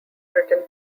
written